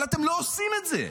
אבל אתם לא עושים את זה.